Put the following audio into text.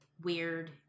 weird